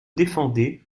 défendait